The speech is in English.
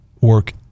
work